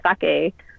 sake